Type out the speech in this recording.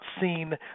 seen